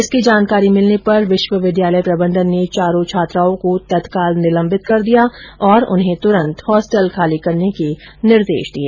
इसकी जानकारी मिलने पर विश्वविद्यालय प्रबंधन ने चारों छात्राओं को तत्काल निलम्बित कर दिया और उन्हें तुरंत होस्टल खाली करने के निर्देश दिये